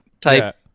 type